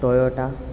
Toyota